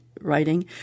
writing